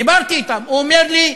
דיברתי אתם: הוא אומר לי,